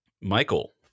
Michael